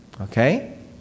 okay